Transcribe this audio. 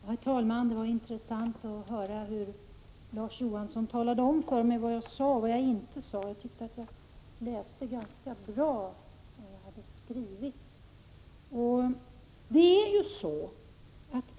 Herr talman! Det var intressant att höra hur Larz Johansson talade om för mig vad jag sade och vad jag inte sade. Jag tyckte att jag ganska bra läste vad jag hade skrivit.